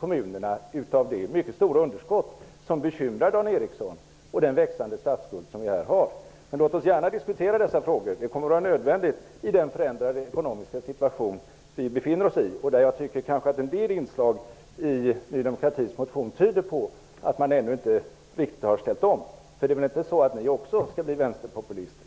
kommunerna bidrag utav det stora underskottet, som bekymrar Dan Eriksson, och den stora statsskuld som vi har. Men låt oss gärna diskutera dessa frågor! Det kommer att vara nödvändigt i den förändrade ekonomiska situation vi befinner oss i. Jag tycker kanske att en del inslag i Ny demokratis motion tyder på att man ännu inte riktigt har ställt om. För det är väl inte så att ni också skall bli vänsterpopulister?